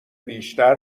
بیشتر